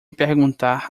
perguntar